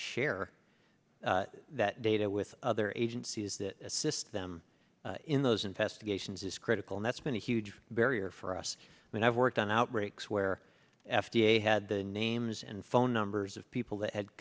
share that data with other agencies that assist them in those investigations is critical and that's been a huge barrier for us they have worked on outbreaks where f d a had the names and phone numbers of people that had